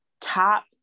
top